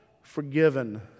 forgiven